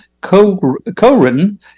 co-written